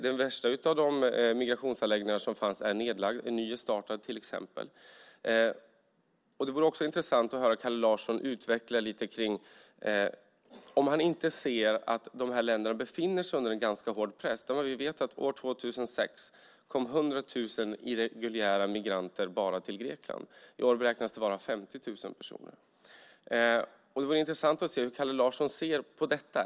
Den värsta av de migrationsanläggningar som fanns är nystartad till exempel. Det vore också intressant att höra Kalle Larsson utveckla lite om han inte ser att de här länderna befinner sig under en ganska hård press. Vi vet att år 2006 kom 100 000 irreguljära migranter bara till Grekland. I år beräknas det vara 50 000 personer. Det vore intressant att höra hur Kalle Larsson ser på detta.